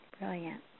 Brilliant